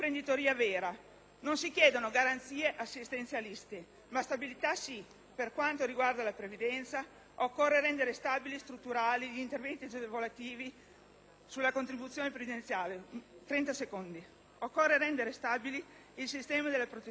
Non si chiedono garanzie assistenzialiste, ma stabilità sì. Per quanto riguarda la previdenza, occorre rendere stabili e strutturali gli interventi agevolativi sulla contribuzione previdenziale. Occorre poi rendere stabile il sistema di protezione dai rischi